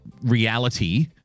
reality